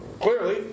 Clearly